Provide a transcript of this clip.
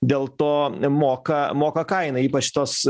dėl to moka moka kainą ypač tos